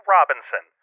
Robinson